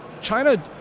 China